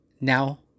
now